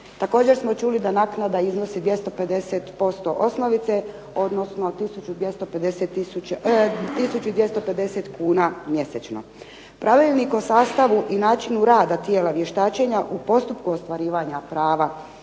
Također smo čuli da naknada iznosi 250% osnovice, odnosno tisuću i 250 kuna mjesečno. Pravilnik o sastavu i načinu tijela vještačenja u postupku ostvarivanja prava